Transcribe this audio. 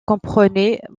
comprenaient